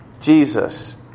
Jesus